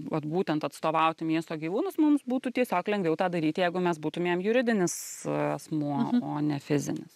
vat būtent atstovauti miesto gyvūnus mums būtų tiesiog lengviau tą daryti jeigu mes būtumėm juridinis asmuo o ne fizinis